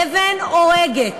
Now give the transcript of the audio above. אבן הורגת.